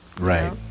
right